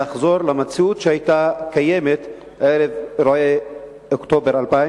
לחזור למציאות שהיתה קיימת ערב אירועי אוקטובר 2000?